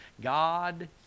God